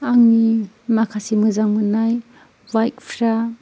आंनि माखासे मोजां मोननाय बाइकफ्रा